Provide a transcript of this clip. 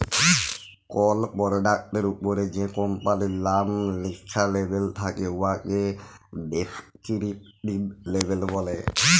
call পরডাক্টের উপরে যে কম্পালির লাম লিখ্যা লেবেল থ্যাকে উয়াকে ডেসকিরিপটিভ লেবেল ব্যলে